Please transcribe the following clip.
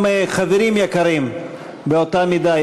גם חברים יקרים באותה מידה.